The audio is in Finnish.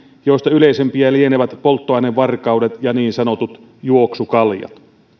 joista yleisimpiä lienevät polttoainevarkaudet ja niin sanotut juoksukaljat